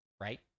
right